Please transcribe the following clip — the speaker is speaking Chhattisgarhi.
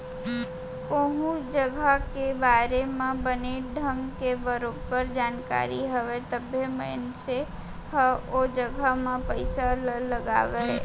कोहूँ जघा के बारे म बने ढंग के बरोबर जानकारी हवय तभे मनसे ह ओ जघा म पइसा ल लगावय